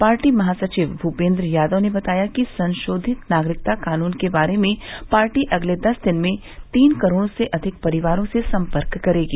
party महासचिव भूपेंद्र यादव ने बताया कि संशोधित नागरिकता कानून के बारे में पार्टी अगले दस दिन में तीन करोड़ से अधिक परिवारों से सम्पर्क करेगी